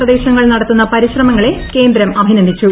പ്രദേശങ്ങൾ നടത്ത്ുന്ന പരിശ്രമങ്ങളെ കേന്ദ്രം അഭിനന്ദിച്ചു